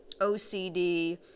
OCD